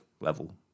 level